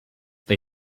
they